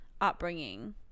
upbringing